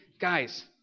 guys